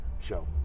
show